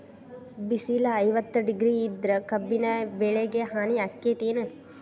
ಬಿಸಿಲ ಐವತ್ತ ಡಿಗ್ರಿ ಇದ್ರ ಕಬ್ಬಿನ ಬೆಳಿಗೆ ಹಾನಿ ಆಕೆತ್ತಿ ಏನ್?